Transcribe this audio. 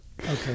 okay